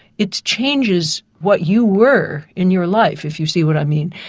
it changes what you were in your life, if you see what i mean.